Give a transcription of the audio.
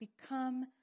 become